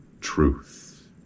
truth